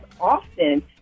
often